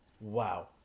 wow